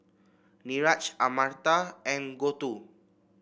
Niraj Amartya and Gouthu